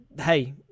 hey